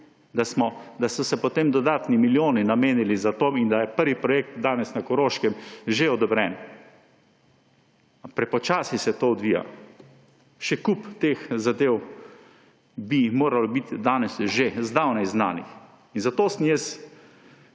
da so se potem dodatni milijoni namenili za to in da je prvi projekt danes na Koroškem že odobren. Ampak prepočasi se to odvija, še kup teh zadev bi moralo biti danes že zdavnaj znanih. Zato sem